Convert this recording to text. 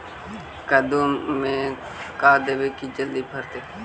कददु मे का देबै की जल्दी फरतै?